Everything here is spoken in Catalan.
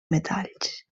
metalls